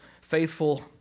faithful